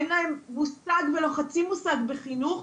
אין להם מושג ולא חצי מושג בחינוך.